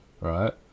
right